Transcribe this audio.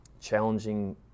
challenging